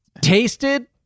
tasted